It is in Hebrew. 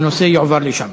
והנושא יועבר לשם.